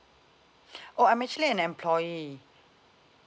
oh I'm actually an employee